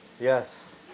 Yes